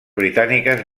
britàniques